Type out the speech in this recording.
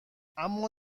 اما